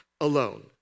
alone